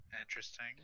Interesting